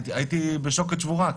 עמדת בפני שוקת שבורה.